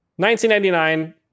1999